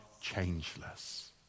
changeless